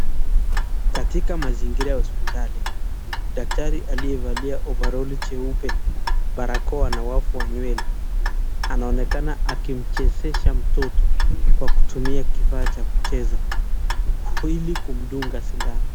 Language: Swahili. Katika mazingira ya hospitali daktari aliyevalia overall jeupe, barakoa na wavu wa nywele anaonekana akimchezesha mtoto kwa kutumia kifaa cha kucheza ili kumdunga sindano.